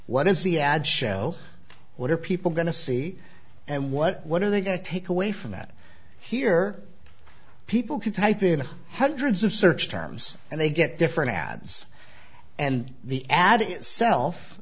what is the ad show what are people going to see and what what are they going to take away from that here people can type in hundreds of search terms and they get different ads and the ad itself